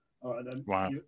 Wow